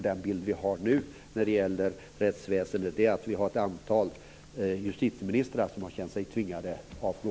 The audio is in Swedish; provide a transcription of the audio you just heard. Den bild vi nu har av rättsväsendet är att vi har ett antal justitieministrar som känt sig tvingade att avgå.